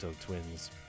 Twins